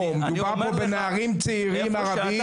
מדובר פה בנערים צעירים ערבים --- אדוני,